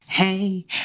Hey